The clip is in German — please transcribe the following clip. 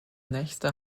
nächste